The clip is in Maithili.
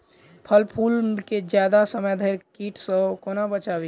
फल फुल केँ जियादा समय धरि कीट सऽ कोना बचाबी?